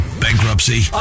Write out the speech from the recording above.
bankruptcy